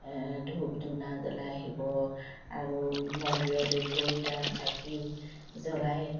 ধূপ ধূনা জ্বলাই শিৱ আৰু মন্দিৰলৈ গৈ তাত চাকি জ্বলাই